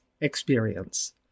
experience